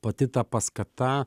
pati ta paskata